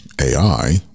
AI